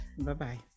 Bye-bye